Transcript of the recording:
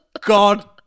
God